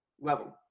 level